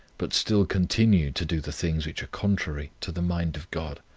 but still continue to do the things which are contrary to the mind of god.